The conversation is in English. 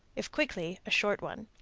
if quickly, a short one.